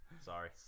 Sorry